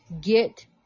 get